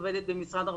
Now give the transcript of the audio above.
עובדת במשרד הרווחה,